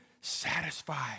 satisfied